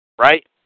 Right